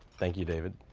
thank you, david.